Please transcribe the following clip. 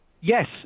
Yes